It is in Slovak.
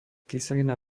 kyselina